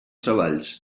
treballs